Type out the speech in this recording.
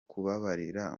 kubabarira